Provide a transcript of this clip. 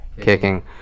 kicking –